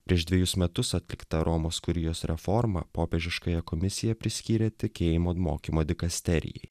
prieš dvejus metus atlikta romos kurijos reforma popiežiškąja komisija priskyrė tikėjimo mokymo dikasterijai